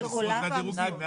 "לפי המשרות והדירוגים".